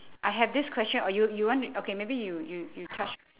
I have this question or you you want to okay maybe you you you touch